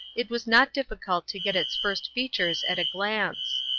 it was not difficult to get its first features at a glance.